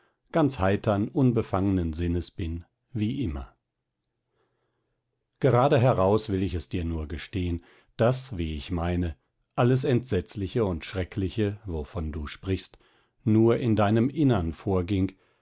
ganz heitern unbefangenen sinnes bin wie immer geradeheraus will ich es dir nur gestehen daß wie ich meine alles entsetzliche und schreckliche wovon du sprichst nur in deinem innern vorging